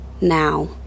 Now